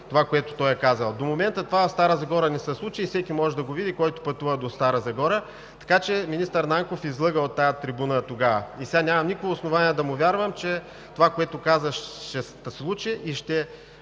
това, което той е казал. До момента това в Стара Загора не се случи и всеки, който пътува до Стара Загора, може да го види. Министър Нанков излъга от тази трибуна тогава и сега нямам никакво основание да му вярвам, че това, което каза, ще се случи и ще